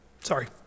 Sorry